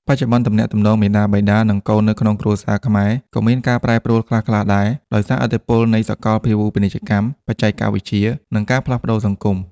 បច្ចុប្បន្ន ទំនាក់ទំនងមាតាបិតា និងកូននៅក្នុងគ្រួសារខ្មែរក៏មានការប្រែប្រួលខ្លះៗដែរ ដោយសារឥទ្ធិពលនៃសកលភាវូបនីយកម្ម បច្ចេកវិទ្យា និងការផ្លាស់ប្ដូរសង្គម។